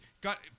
got